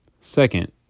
Second